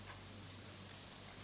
giftigt gods